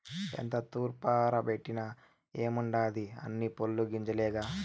ఎంత తూర్పారబట్టిన ఏముండాది అన్నీ పొల్లు గింజలేగా